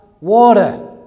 water